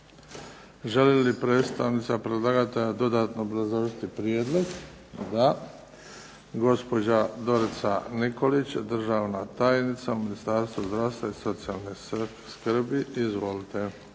Želi li predstavnica predlagatelja dodatno obrazložiti prijedlog? DA. Gospođa Dorica Nikolić, državna tajnica u Ministarstvu zdravstva i socijalne skrbi izvolite.